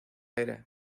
era